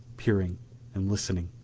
peering and listening.